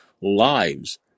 lives